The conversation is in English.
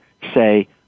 say